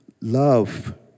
love